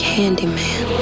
Candyman